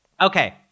Okay